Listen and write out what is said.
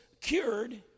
cured